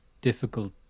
difficult